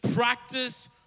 Practice